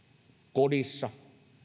kodissa